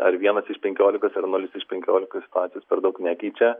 ar vienas iš penkiolikos ar nulis iš penkiolikos situacijos per daug nekeičia